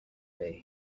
way